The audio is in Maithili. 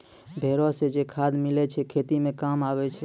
भेड़ो से जे खाद मिलै छै खेती मे काम आबै छै